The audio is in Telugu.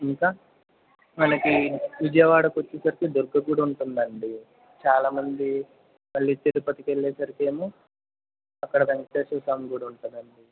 ఇంకా మనకి విజయవాడకి వచ్చేసరికి దుర్గ గుడి ఉంటుందండీ చాలా మంది మళ్ళీ తిరుపతికి వెళ్ళేసరికి ఏమో అక్కడ వెంకటేశ్వర స్వామి గుడి ఉంటుందండీ